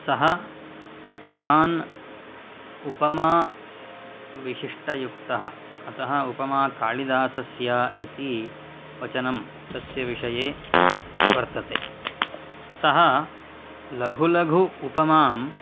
सः महान् उपमा विशिष्टयुक्तः अतः उपमा कालिदासस्य इति वचनं तस्य विषये वर्तते सः लघुलघु उपमां